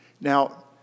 Now